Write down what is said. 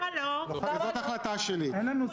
אם הם לא מכבדים אותי אז זה אומר יותר עליהם מאשר עלי.